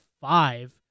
five